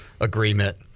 agreement